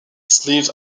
sleeves